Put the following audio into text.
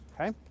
Okay